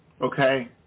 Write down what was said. okay